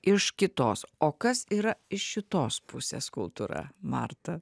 iš kitos o kas yra iš šitos pusės kultūra marta